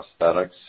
prosthetics